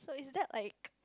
is that like